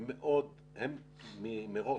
הם מראש,